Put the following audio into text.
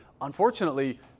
Unfortunately